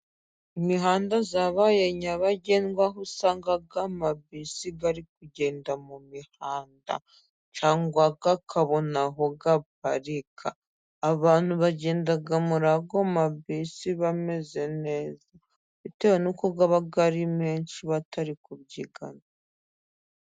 Imihanda yabaye nyabagendwa, aho usanga amabisi ari kugenda mu mihanda, cyangwa akabona aho aparika, abantu bagenda muri aya mabisi bameze neza, bitewe n'uko aba ari menshi batari kubyigana.